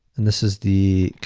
and this is the,